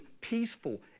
peaceful